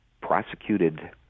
prosecuted